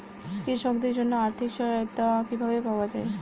কৃষকদের জন্য আর্থিক সহায়তা কিভাবে পাওয়া য়ায়?